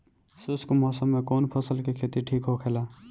शुष्क मौसम में कउन फसल के खेती ठीक होखेला?